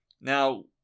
Now